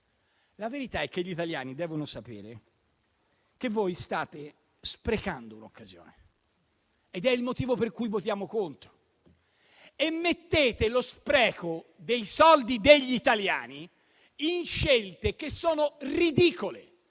La verità è che gli italiani devono sapere che voi state sprecando un'occasione; questo è il motivo per cui votiamo contro. E mettete lo spreco dei soldi degli italiani in scelte che sono ridicole: